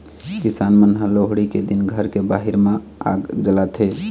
किसान मन लोहड़ी के दिन घर के बाहिर म आग जलाथे